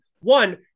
One